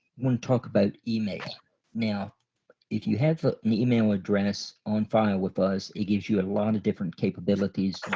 when talk about email now if you had put the email address on file with us it gives you a lot of different capabilities